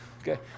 Okay